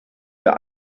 dir